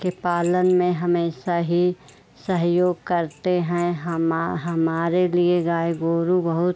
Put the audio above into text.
के पालन में हमेशा ही सहयोग करते हैं हमा हमारे लिए गाय गोरू बहुत